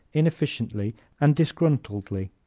inefficiently and disgruntledly.